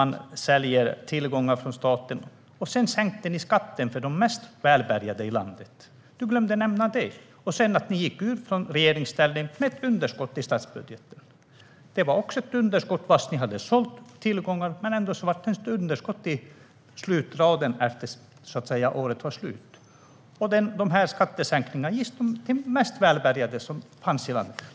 Ni sålde tillgångar från staten. Sedan sänkte ni skatten för de mest välbärgade i landet. Du glömde att nämna det och att ni sedan gick från regeringsställning med ett underskott i statsbudgeten. Det var ett underskott trots att ni hade sålt tillgångar. Det var ett underskott när året var slut. Skattesänkningarna gick till de mest välbärgade i landet.